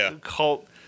cult